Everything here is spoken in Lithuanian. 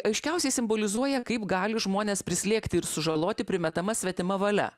aiškiausiai simbolizuoja kaip gali žmones prislėgti ir sužaloti primetama svetima valia